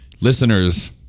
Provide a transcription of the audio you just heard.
listeners